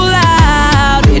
loud